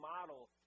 model